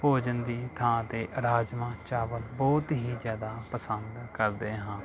ਭੋਜਨ ਦੀ ਥਾਂ 'ਤੇ ਰਾਜਮਾਂਹ ਚਾਵਲ ਬਹੁਤ ਹੀ ਜ਼ਿਆਦਾ ਪਸੰਦ ਕਰਦੇ ਹਾਂ